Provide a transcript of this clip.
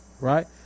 right